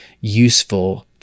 useful